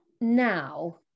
now